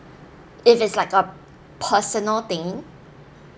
it's just like a personal thing